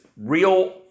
real